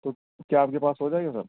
تو کیا آپ کے پاس ہو جائے گا سر